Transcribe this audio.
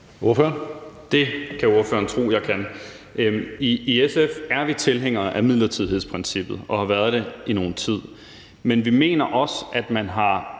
Det kan spørgeren tro jeg kan. I SF er vi tilhængere af midlertidighedsprincippet og har været det i nogen tid, men vi mener også, at man nu